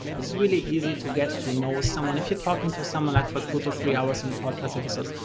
it's really easy to get to know someone if you're talking to someone like for two to three hours in a podcast episodes.